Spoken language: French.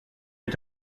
est